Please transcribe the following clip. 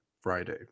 Friday